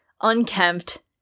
unkempt